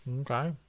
Okay